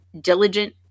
diligent